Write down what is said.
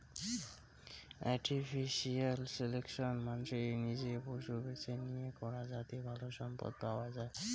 artificial selection মানসি নিজে পশু বেছে নিয়ে করাং যাতি ভালো সম্পদ পাওয়াঙ যাই